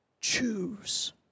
choose